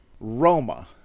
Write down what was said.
Roma